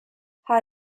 how